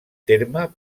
terme